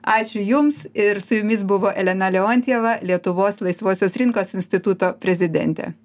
ačiū jums ir su jumis buvo elena leontjeva lietuvos laisvosios rinkos instituto prezidentė